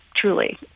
truly